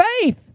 faith